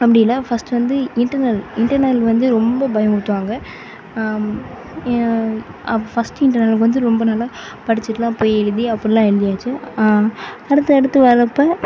அப்படில்ல first வந்து internal internal வந்து ரொம்ப பயமுறுத்துவாங்க என் ஃபர்ஸ்ட் இன்டர்னல்க்கு வந்து ரொம்ப நல்லா படிச்சுட்டுலாம் போய் எழுதி அப்படில்லாம் எழுதியாச்சு அடுத்து அடுத்து வரப்போ